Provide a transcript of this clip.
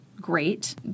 great